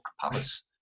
Palace